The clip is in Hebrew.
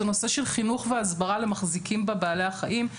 זה הנושא של חינוך והסברה למחזיקים בבעלי החיים.